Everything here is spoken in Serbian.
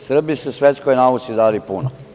Srbi su svetskoj nauci dali puno.